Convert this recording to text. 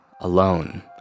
alone